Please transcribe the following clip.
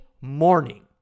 morning